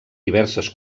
diverses